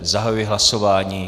Zahajuji hlasování.